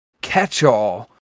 catch-all